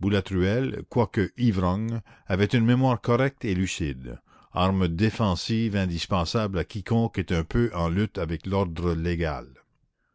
boulatruelle quoique ivrogne avait une mémoire correcte et lucide arme défensive indispensable à quiconque est un peu en lutte avec l'ordre légal